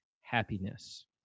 happiness